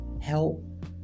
help